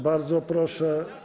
Bardzo proszę.